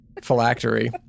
Phylactery